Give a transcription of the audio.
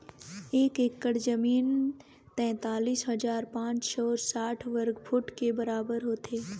एक एकड़ जमीन तैंतालीस हजार पांच सौ साठ वर्ग फुट के बराबर होथे